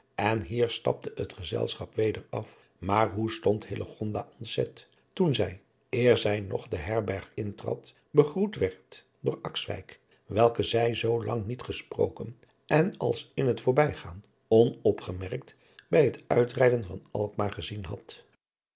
en hier stapte het gezelschap weder af maar hoe stond hillegonda ontzet toen zij eer zij nog de herberg intrad begroet werd door akswijk welken zij zoolang niet gesproken en als in het voorbijgaan onopgemerkt bij het uitrijden van alkmaar gezien had